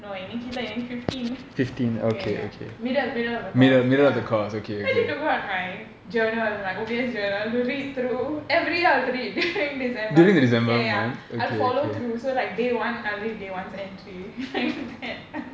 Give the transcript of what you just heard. no இன்னைக்குஇல்லஇன்னைக்கு:innaiku illa innaiku fifteen ya ya ya middle middle of the course ya journal my O_B_S journal to read through every year I'll read during december ya ya I'll follow through so like day one I'll read day one's entry like that